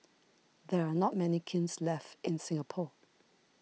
there are not many kilns left in Singapore